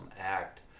act